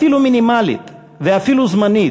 אפילו מינימלית ואפילו זמנית,